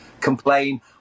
complain